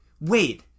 Wait